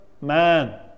man